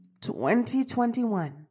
2021